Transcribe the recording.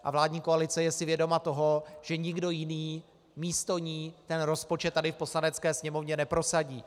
A vládní koalice si je vědoma toho, že nikdo jiný místo ní rozpočet tady v Poslanecké sněmovně neprosadí.